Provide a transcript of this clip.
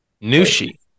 Nushi